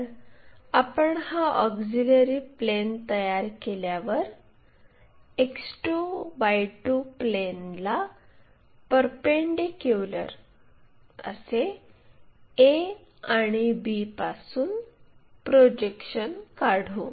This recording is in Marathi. तर आपण हा ऑक्झिलिअरी प्लेन तयार केल्यावर X2 Y2 प्लेनला परपेंडीक्युलर असे a आणि b पासून प्रोजेक्शन काढू